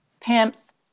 pimps